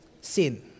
sin